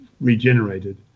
regenerated